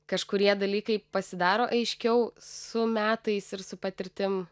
kažkurie dalykai pasidaro aiškiau su metais ir su patirtim